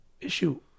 issue